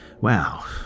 wow